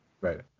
right